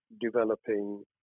developing